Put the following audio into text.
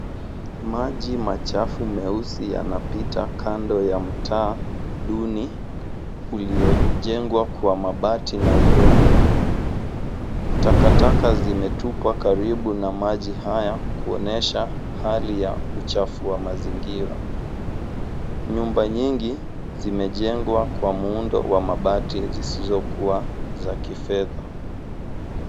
Maji machafu meusi yanapita kando ya mtaa duni uliojengwa kwa mabati na udongo. Takataka zimetupwa karibu na maji hayo kuonyesha hali ya uchafu wa mazingira . Nyumba nyingi zimejengwa kwa muundo wa mabati zisizokuwa za kifedha.